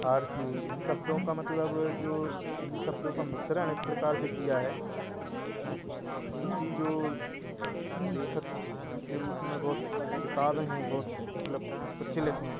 फ़ारसी हुई इन शब्दों का मतलब जो इन शब्दों का मिश्रण इस प्रकार से किया है कि इनका जो लेखक के रूप में बहुत किताबें हैं बहुत मतलब प्रचलित हैं